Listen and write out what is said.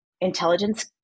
intelligence